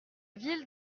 ville